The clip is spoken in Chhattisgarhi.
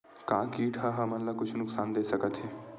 का कीट ह हमन ला कुछु नुकसान दे सकत हे?